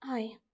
हय